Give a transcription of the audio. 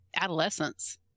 adolescence